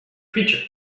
creature